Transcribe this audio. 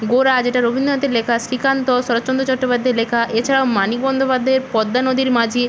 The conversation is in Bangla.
গোরা যেটা রবীন্দ্রনাথের লেখা শ্রীকান্ত শরৎচন্দ্র চট্টোপাধ্যায়ের লেখা এছাড়াও মানিক বন্দ্যোপাধ্যায়ের পদ্মা নদীর মাঝি